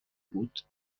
بود